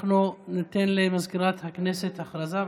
ניתן למזכירת הכנסת הודעה.